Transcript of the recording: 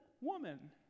woman